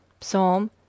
Psalm